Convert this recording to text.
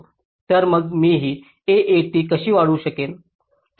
तर मग मी ही AAT कशी वाढवू शकेन